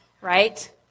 right